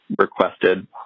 requested